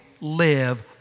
live